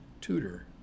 Tutor